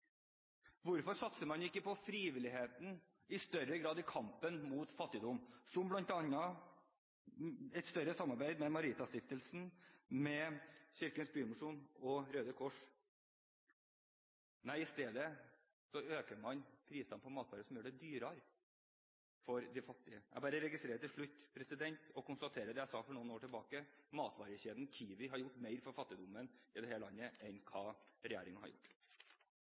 Hvorfor satser man ikke i større grad på frivilligheten i kampen mot fattigdom, som bl.a. et større samarbeid med Maritastiftelsen, med Kirkens Bymisjon og Røde Kors? Nei, i stedet øker man prisen på matvarer, som gjør det dyrere for de fattige. Jeg bare registrerer til slutt, og konstaterer det jeg sa for noen år tilbake: Matvarekjeden Kiwi har gjort mer for fattigdommen i dette landet enn det regjeringen har gjort.